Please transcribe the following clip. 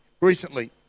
recently